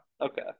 Okay